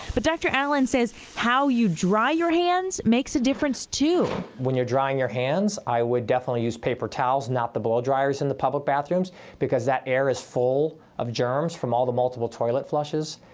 but dr. allen says how you dry your hands makes a difference too. when you're drying your hands, i would definitely use paper towels, not the below dryers in the public bathrooms because that air is full of germs from all of the multiple toilet flushes,